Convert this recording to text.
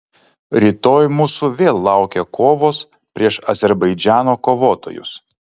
rytoj mūsų vėl laukia kovos prieš azerbaidžano kovotojus